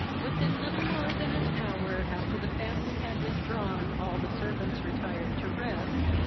within little more than an hour after the family had withdrawn, all the servants retired to rest,